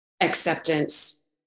acceptance